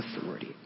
authority